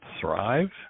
thrive